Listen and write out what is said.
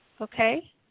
Okay